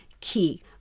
key